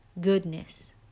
goodness